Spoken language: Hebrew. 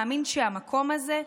מאמין שהמקום הזה,